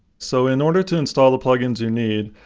so in order to install the plugins you need,